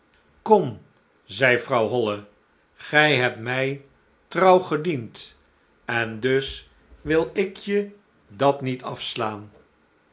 dan zei vrouw holle gij hebt mij trouw gediend en dus wil ik je dat niet afslaan